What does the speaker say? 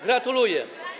Gratuluję.